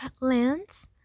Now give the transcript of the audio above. lands